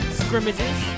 scrimmages